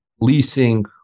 leasing